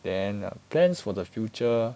then plans for the future